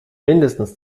mindestens